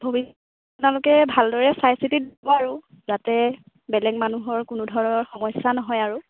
ভৱিষ্যতে আপোনালোকে ভালদৰে চাই চিতি দিব আৰু যাতে বেলেগ মানুহৰ কোনো ধৰণৰ সমস্যা নহয় আৰু